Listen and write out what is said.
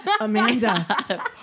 Amanda